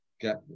get